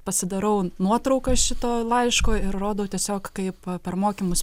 pasidarau nuotrauką šito laiško ir rodau tiesiog kaip per mokymus